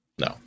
no